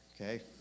okay